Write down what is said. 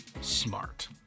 smart